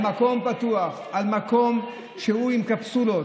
על מקום שהוא עם קפסולות,